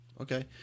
Okay